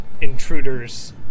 intruders